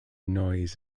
noise